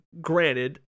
granted